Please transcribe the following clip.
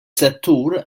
settur